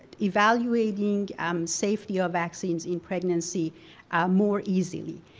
evaluating um safety of vaccines in pregnancy more easy.